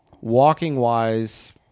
walking-wise